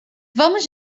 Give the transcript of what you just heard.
vamos